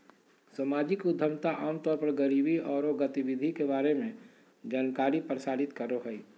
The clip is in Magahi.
सामाजिक उद्यमिता आम तौर पर गरीबी औरो गतिविधि के बारे में जानकारी प्रसारित करो हइ